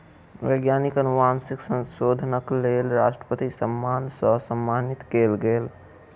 वैज्ञानिक अनुवांशिक संशोधनक लेल राष्ट्रपति सम्मान सॅ सम्मानित कयल गेल